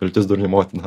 viltis durnių motina